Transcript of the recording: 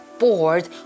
bored